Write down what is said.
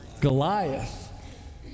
Goliath